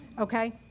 okay